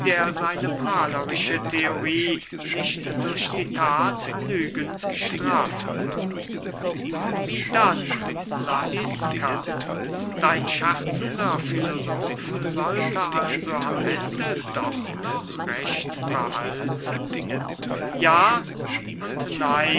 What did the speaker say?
seine prahlerische theorie nicht durch die that lügen strafen wird wie dann laiska dein scherzender filosof sollte also am ende doch noch recht behalten ja und nein